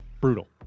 Brutal